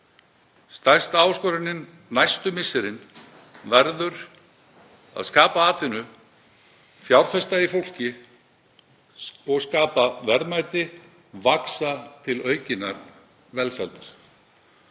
Stærsta áskorunin næstu misserin verður að skapa atvinnu, fjárfesta í fólki, skapa verðmæti og vaxa til aukinnar velsældar.